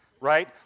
right